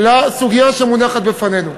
לסוגיה שמונחת בפנינו.